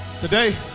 today